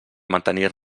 mantenir